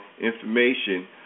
information